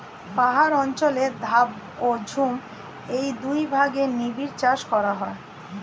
পাহাড় অঞ্চলে ধাপ ও ঝুম এই দুই ভাগে নিবিড় চাষ করা হয়